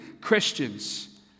Christians